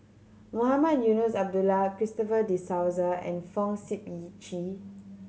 Mohamed Eunos Abdullah Christopher De Souza and Fong Sip Chee